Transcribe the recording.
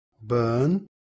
burn